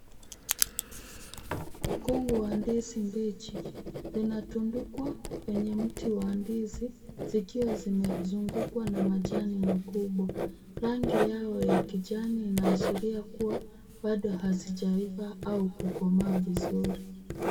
Mkungu wa ndizi mbichi, zinatundukwa kwenye mti wa ndizi, zikiwa zimezungukwa na majani makubwa. Rangi yao ya kijani iaashiria kuwa bado hazijaiva au kukomaa vizuri.